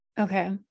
okay